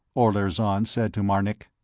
olirzon said to marnik.